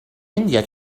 india